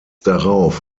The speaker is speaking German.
darauf